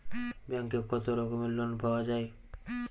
ব্যাঙ্কে কত রকমের লোন পাওয়া য়ায়?